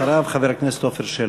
אחריו, חבר הכנסת עפר שלח.